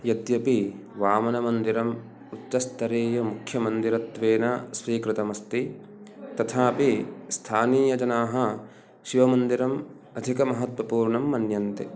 यद्यपि वामनमन्दिरम् उच्चस्तरीयमुख्यमन्दिरत्वेन स्वीकृतमस्ति तथापि स्थानीयजनाः शिवमन्दिरम् अधिकमहत्त्वपूर्णं मन्यन्ते